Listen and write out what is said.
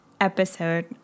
episode